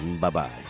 Bye-bye